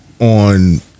on